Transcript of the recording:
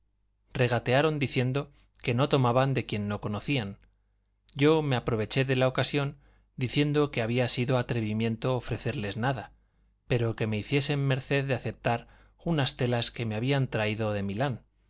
regatearon diciendo que no tomaban de quien no conocían yo me aproveché de la ocasión diciendo que había sido atrevimiento ofrecerles nada pero que me hiciesen merced de aceptar unas telas que me habían traído de milán